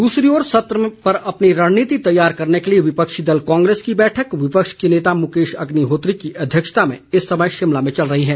दूसरी ओर सत्र पर अपनी रणनीति तैयार करने के लिए विपक्षी दल कांग्रेस की बैठक विपक्ष के नेता मुकेश अग्निहोत्री की अध्यक्षता में इस समय शिमला में चल रही है